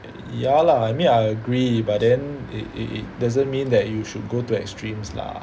ya lah I mean I agree but then it it it doesn't mean that you should go to extremes lah